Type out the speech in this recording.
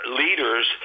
leaders